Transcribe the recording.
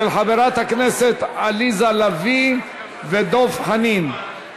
של חברי הכנסת עליזה לביא ודב חנין.